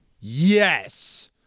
Yes